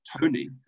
Tony